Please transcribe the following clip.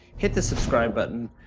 hit the subscribe button.